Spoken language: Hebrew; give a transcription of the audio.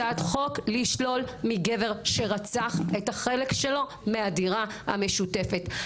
הצעת חוק שתשלול מגבר שרצח את החלק שלו מהדירה המשותפת.